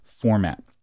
format